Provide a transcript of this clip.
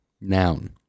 noun